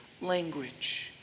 language